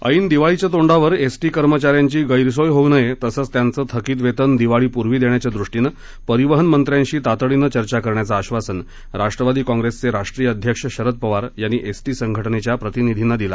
ऐन दिवाळीच्या तोंडावर एसटी कर्मचाऱ्यांची गैरसोय होऊ नये तसंच त्यांचं थकित वेतन दिवाळीपूर्वी देण्याच्या दृष्टीनं परिवहनमंत्र्यांशी तातडीनं चर्चा करण्याचं आश्वासन राष्ट्रवादी काँग्रेसचे राष्ट्रीय अध्यक्ष शरद पवार यांनी एसटी संघटना प्रतिनिधींना दिलं